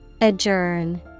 Adjourn